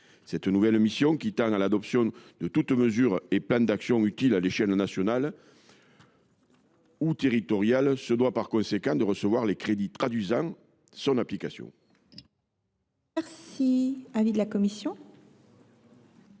Cette nouvelle mission, qui tend à l’adoption de toutes les mesures et de tous les plans d’action utiles à l’échelle nationale ou territoriale, doit par conséquent recevoir les crédits nécessaires à son application.